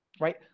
right